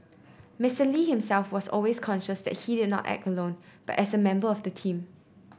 Mister Lee himself was always conscious that he did not act alone but as a member of a team